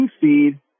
seed